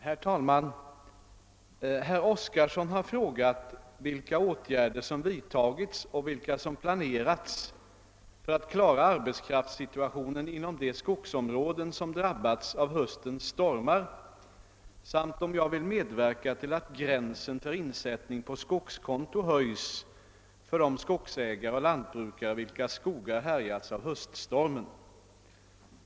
Herr talman! Herr Oskarson har frågat vilka åtgärder som vidtagits och vilka som planerats för att klara arbetskraftssituationen inom de skogsområden som drabbats av höstens stormar samt om jag vill medverka till att gränsen för insättning på skogskonto höjs för de skogsägare och lantbrukare vilkas skogar härjats av höststormen.